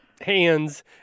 hands